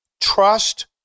trust